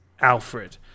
Alfred